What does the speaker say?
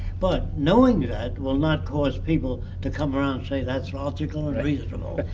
but knowing that will not cause people to come around and say that's logical and reasonable.